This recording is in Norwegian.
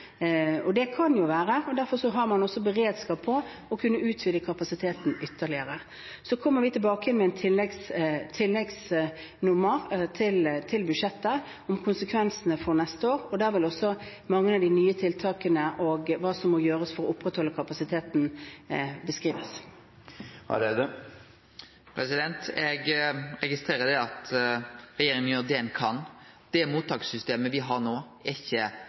Og det kan jo være, og derfor har man også beredskap til å kunne utvide kapasiteten ytterligere. Så kommer vi tilbake med et tilleggsnummer til budsjettet, om konsekvensene for neste år, og der vil også mange av de nye tiltakene og hva som må gjøres for å opprettholde kapasiteten, beskrives. Eg registrerer at regjeringa gjer det ein kan. Det mottakssystemet me har, er ikkje dimensjonert for den utfordringa me står overfor no, og det er